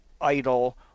idle